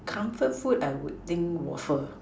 comfort food I would think waffle